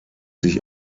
sich